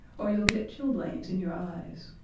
or you'll get chilblains in your eyes.